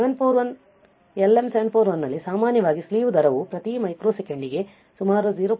741 LM741 ನಲ್ಲಿ ಸಾಮಾನ್ಯವಾಗಿ slew ದರವು ಪ್ರತಿ ಮೈಕ್ರೋಸೆಕೆಂಡ್ ಗೆ ಸುಮಾರು 0